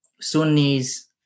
Sunnis